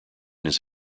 his